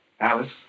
Alice